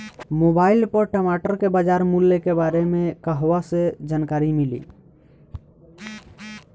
Mobile पर टमाटर के बजार मूल्य के बारे मे कहवा से जानकारी मिली?